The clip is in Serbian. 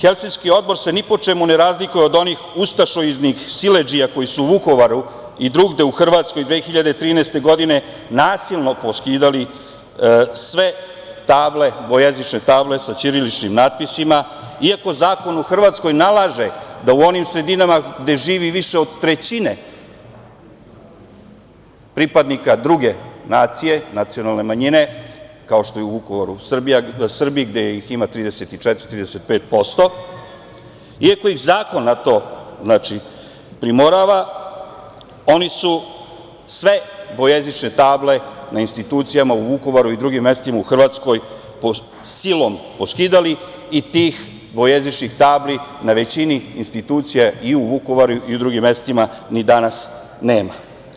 Helsinški odbor se ni po čemu ne razlikuje od onih ustašoidnih siledžija koje su u Vukovaru i drugde u Hrvatskoj 2013. godine nasilno poskidali sve dvojezične table sa ćiriličnim natpisima, iako zakon u Hrvatskoj nalaže da u onim sredinama gde živi više od trećine pripadnika druge nacije, nacionalne manjine, kao što su u Vukovaru Srbi, gde ih ima 34-35%, iako ih zakon na to primorava, oni su sve dvojezične table na institucijama u Vukovaru i drugim mestima u Hrvatskoj silom poskidali i tih dvojezičnih tabli na većini institucija i u Vukovaru i u drugim mestima ni danas nema.